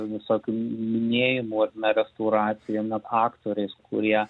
visokių minėjimų ar ne restauracija net aktoriais kurie